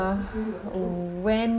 when